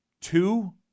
two